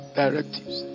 directives